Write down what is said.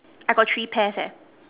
I got three pairs eh